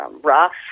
Rough